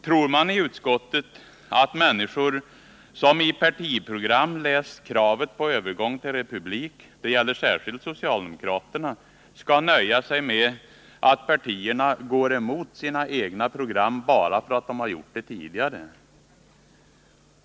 Tror man i utskottet att Torsdagen den människor som i partiprogram läst om kravet på övergång till republik — det — 13 december 1979 gäller särskilt socialdemokraternas partiprogram — skall finna sig i att partierna går emot sina egna program bara för att de gjort så tidigare?